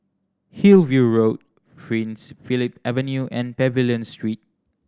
Hillview Road Prince Philip Avenue and Pavilion Street